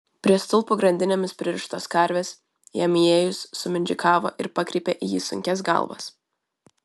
prie stulpų grandinėmis pririštos karvės jam įėjus sumindžikavo ir pakreipė į jį sunkias galvas